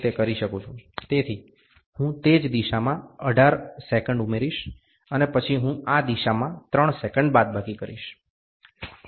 તેથી હું તે જ દિશામાં 18 ઉમેરીશ અને પછી હું આ દિશામાં 3 બાદબાકી કરીશ